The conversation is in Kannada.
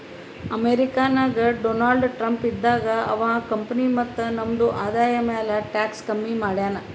ಅಮೆರಿಕಾ ನಾಗ್ ಡೊನಾಲ್ಡ್ ಟ್ರಂಪ್ ಇದ್ದಾಗ ಅವಾ ಕಂಪನಿ ಮತ್ತ ನಮ್ದು ಆದಾಯ ಮ್ಯಾಲ ಟ್ಯಾಕ್ಸ್ ಕಮ್ಮಿ ಮಾಡ್ಯಾನ್